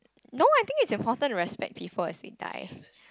no I think is important to respect people as they die